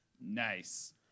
Nice